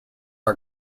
are